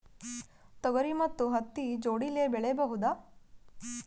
ತೊಗರಿ ಮತ್ತು ಹತ್ತಿ ಜೋಡಿಲೇ ಬೆಳೆಯಬಹುದಾ?